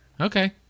Okay